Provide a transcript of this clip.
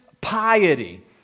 piety